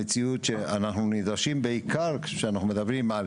המציאות שאנחנו נדרשים בעיקר כשאנחנו מדברים על